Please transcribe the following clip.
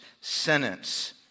sentence